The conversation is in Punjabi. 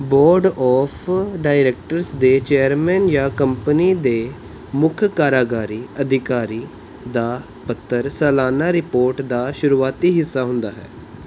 ਬੋਰਡ ਔਫ ਡਾਇਰੈਕਟਰਜ਼ ਦੇ ਚੇਅਰਮੈਨ ਜਾਂ ਕੰਪਨੀ ਦੇ ਮੁੱਖ ਕਾਰਜਕਾਰੀ ਅਧਿਕਾਰੀ ਦਾ ਪੱਤਰ ਸਾਲਾਨਾ ਰਿਪੋਰਟ ਦਾ ਸ਼ੁਰੂਆਤੀ ਹਿੱਸਾ ਹੁੰਦਾ ਹੈ